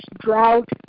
drought